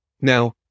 Now